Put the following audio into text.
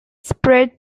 spread